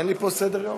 הנושא הבא על סדר-היום,